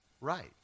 right